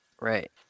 right